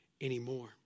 anymore